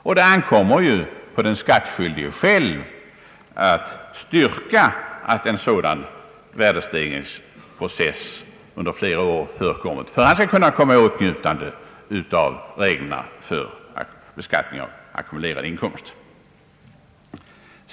Och då ankommer det ju på den skattskyldige själv att styrka att en sådan värdestegringsprocess under flera år förekommit, för att han skall kunna komma i åtnjutande av reglerna för beskattning för ackumulerad inkomst.